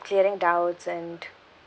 clearing doubts and